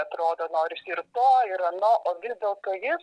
atrodo norisi ir to ir ano o vis dėlto jis